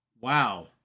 Wow